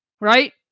Right